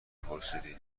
پرسیدی